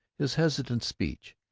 his hesitant speech,